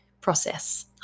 process